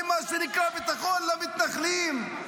למה שנקרא "ביטחון למתנחלים".